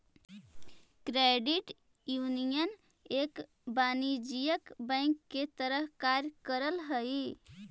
credit union एक वाणिज्यिक bank के तरह कार्य करऽ हइ